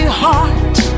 heart